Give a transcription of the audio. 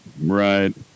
right